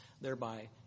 thereby